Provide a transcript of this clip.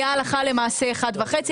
היה הלכה למעשה 1.5,